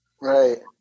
Right